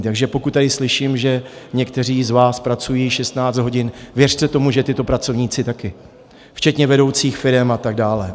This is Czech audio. Takže pokud tady slyším, že někteří z vás pracují 16 hodin, věřte tomu, že tito pracovníci taky, včetně vedoucích firem atd.